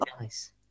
Nice